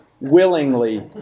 willingly